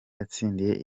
yatsindiye